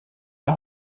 der